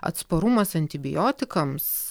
atsparumas antibiotikams